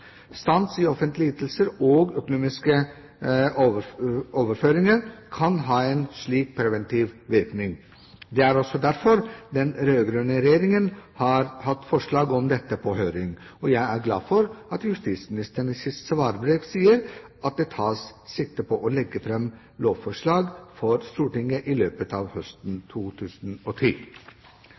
Stans i offentlige ytelser og økonomiske overføringer kan ha en slik preventiv virkning. Det er også derfor den rød-grønne regjeringen har hatt forslag om dette på høring, og jeg er glad for at justisministeren i sitt svarbrev sier at det tas sikte på å legge fram lovforslag for Stortinget i løpet av høsten 2010.